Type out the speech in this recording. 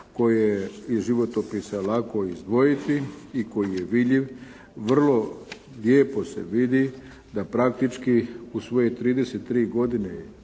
koji je iz životopisa lako izdvojiti i koji je vidljiv, vrlo lijepo se vidi da praktički u svoje 33 godine